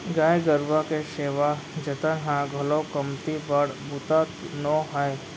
गाय गरूवा के सेवा जतन ह घलौ कमती बड़ बूता नो हय